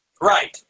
Right